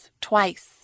twice